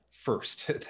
First